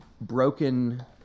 broken